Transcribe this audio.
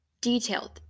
detailed